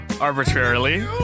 arbitrarily